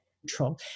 control